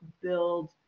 build